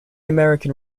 american